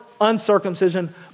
uncircumcision